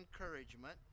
Encouragement